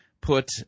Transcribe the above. put